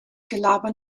gelaber